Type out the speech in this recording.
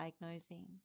diagnosing